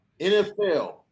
NFL